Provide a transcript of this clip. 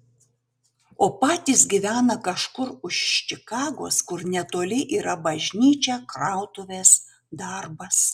o patys gyvena kažkur už čikagos kur netoli yra bažnyčia krautuvės darbas